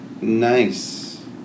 nice